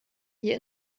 hier